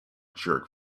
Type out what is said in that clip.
jerk